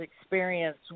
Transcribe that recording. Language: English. experience